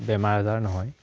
বেমাৰ আজাৰো নহয়